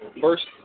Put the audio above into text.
first